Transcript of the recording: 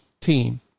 team